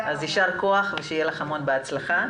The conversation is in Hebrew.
יישר כוח ושיהיה לך המון בהצלחה.